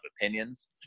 opinions